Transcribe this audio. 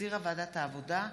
שהחזירה ועדת העבודה,